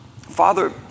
Father